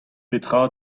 petra